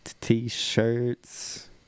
t-shirts